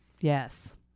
Yes